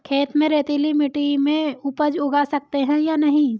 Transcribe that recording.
खेत में रेतीली मिटी में उपज उगा सकते हैं या नहीं?